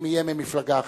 אם יהיה, ממפלגה אחרת.